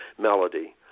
melody